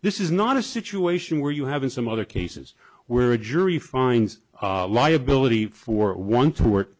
this is not a situation where you have in some other cases where a jury finds liability for one